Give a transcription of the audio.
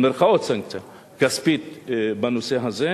כספית בנושא הזה.